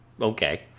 okay